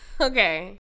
Okay